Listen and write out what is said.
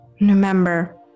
remember